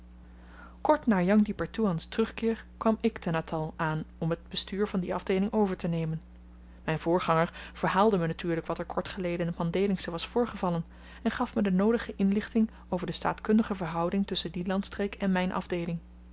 kort na jang di pertoean's terugkeer kwam ik te natal aan om t bestuur van die afdeeling overtenemen myn voorganger verhaalde me natuurlyk wat er kort geleden in t mandhélingsche was voorgevallen en gaf my de noodige inlichting over de staatkundige verhouding tusschen die landstreek en myn afdeeling